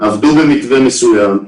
עבדו במתווה מסוים.